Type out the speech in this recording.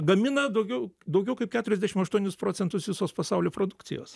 gamina daugiau daugiau kaip keturiasdešim aštuonis procentus visos pasaulio produkcijos